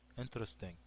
Interesting